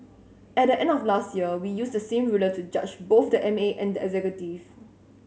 at the end of last year we use the same ruler to judge both the M A and the executive